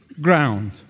ground